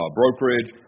brokerage